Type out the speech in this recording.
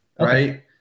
right